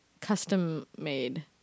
custom-made